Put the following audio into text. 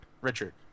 Richard